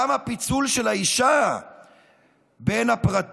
אבל אני אסיים בכך שגם הפיצול של האישה בין הפרטית,